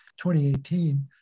2018